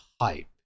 hype